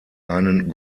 einen